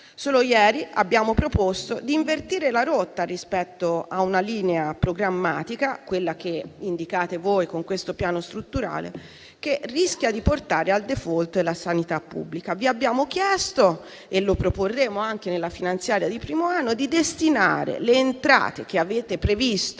Solo ieri abbiamo proposto di invertire la rotta rispetto a una linea programmatica, quella che indicate voi con questo Piano strutturale, che rischia di portare al *default* la sanità pubblica: vi abbiamo chiesto - e lo proporremo anche nel disegno di legge di bilancio del primo anno di questo Piano - di destinare le entrate che avete previsto